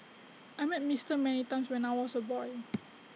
I met Mister many times when I was A boy